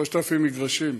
3,000 מגרשים.